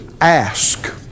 Ask